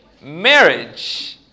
marriage